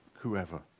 whoever